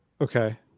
Okay